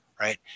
right